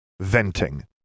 Venting